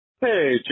Hey